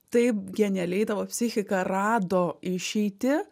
taip genialiai tavo psichika rado išeitį